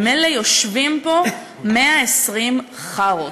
ממילא יושבים פה 120 חארות,